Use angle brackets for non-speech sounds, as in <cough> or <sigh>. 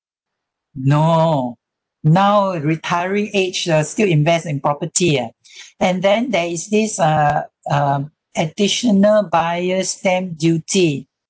no now retiring age ah still invest in property ah <breath> and then there is this uh um additional buyer's stamp duty